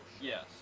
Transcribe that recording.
yes